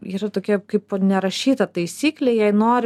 yra tokia kaip nerašyta taisyklė jei nori